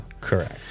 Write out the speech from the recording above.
Correct